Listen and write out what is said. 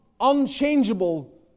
unchangeable